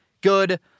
Good